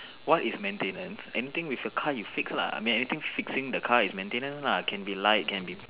what is maintenance anything with a car you fix lah I mean anything fixing the car is maintenance lah can be light can be